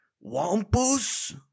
Wampus